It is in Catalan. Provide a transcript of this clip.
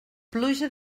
pluja